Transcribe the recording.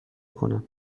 کنم